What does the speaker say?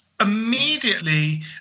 immediately